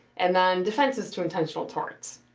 and then defenses to intentional torts,